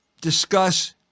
discuss